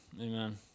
amen